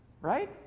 right